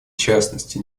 частности